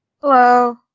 Hello